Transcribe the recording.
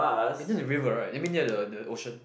it's near the river right I meant near the the ocean